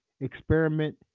experiment